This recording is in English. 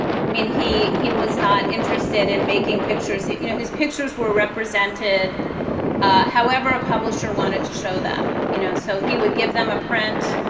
mean, he he was not interested in making pictures. you know, his pictures were represented however a publisher wanted to show them, you know. so he would give them a print,